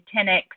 10X